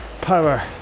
power